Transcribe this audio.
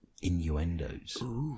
innuendos